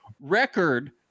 record